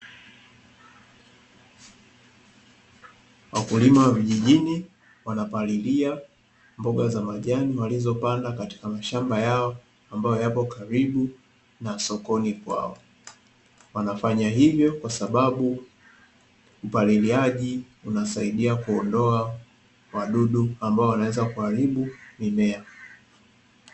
Wakulima wa vijijini wanapalilia mashamba ya mboga waliyopanda kwenye mashamba yao ambayo yapo karibu na sokoni kwao wanafanya hvyo kwasababu upaliliaji unaweza kusaidia kuondoa wadudu wanaoharibu mimea